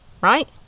right